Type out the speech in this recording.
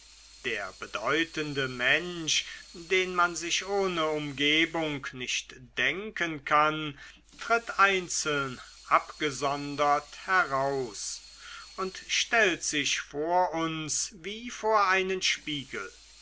der bedeutende mensch den man sich ohne umgebung nicht denken kann tritt einzeln abgesondert heraus und stellt sich vor uns wie vor einen spiegel